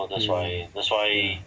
mm mm